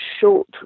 short